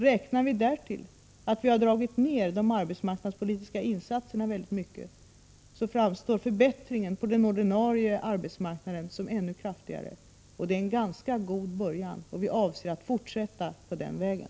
Räknar vi därtill att vi har dragit ned de arbetsmarknadspolitiska insatserna väldigt mycket framstår förbättringen på den ordinarie arbetsmarknaden som ännu kraftigare. Det är en ganska god början, och vi avser att fortsätta på den vägen.